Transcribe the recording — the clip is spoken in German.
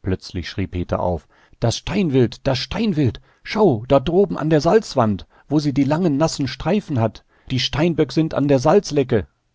plötzlich schrie peter auf das steinwild das steinwild schau dort droben an der salzwand wo sie die langen nassen streifen hat die steinböck sind an der